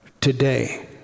today